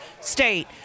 state